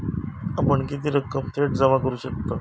आपण किती रक्कम थेट जमा करू शकतव?